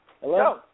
Hello